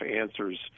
answers